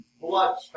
blood